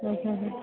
മ് മ് മ്